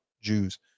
Jews